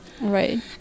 Right